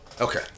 okay